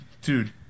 dude